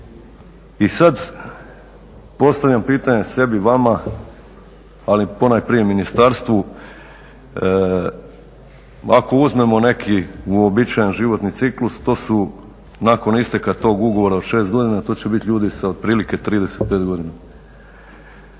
I sad, postavljam pitanje sebi, vama ali ponajprije ministarstvu ako uzmemo neki uobičajen životni ciklus to su nakon isteka tog ugovora od 6 godina, to će biti ljudi sa otprilike 35 godina.